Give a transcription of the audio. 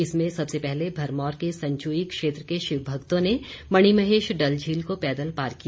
इसमें सबसे पहले भरमौर के संचुई क्षेत्र के शिव भक्तों ने मणिमहेश डलझील को पैदल पार किया